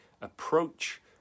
approach